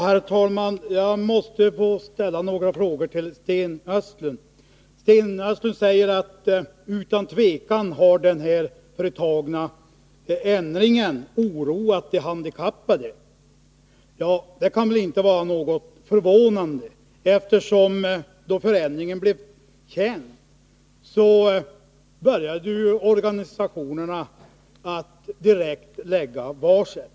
Herr talman! Jag måste få rikta några frågor till Sten Östlund, men först vill jag säga följande. Sten Östlund säger att den företagna ändringen utan tvivel har oroat de handikappade. Ja, det förvånar väl inte. Så snart förändringen blev känd, började ju organisationerna att utfärda varsel.